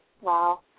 Wow